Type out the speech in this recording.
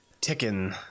ticking